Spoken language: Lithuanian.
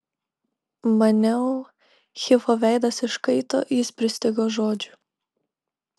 maniau hifo veidas iškaito jis pristigo žodžių